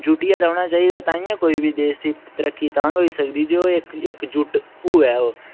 झुटियै रौह्ना चाहिदा ताइयें कोई बी देस दी तरक्की तां गै होई सकदी ऐ जे ओह् इकझुट होऐ ओह्